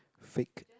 fake